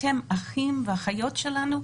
אתם אחים ואחיות שלנו,